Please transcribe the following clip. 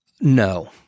No